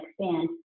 expand